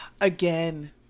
Again